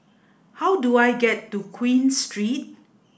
how do I get to Queen Street